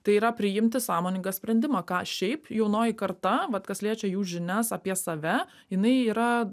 tai yra priimti sąmoningą sprendimą ką šiaip jaunoji karta vat kas liečia jų žinias apie save jinai yra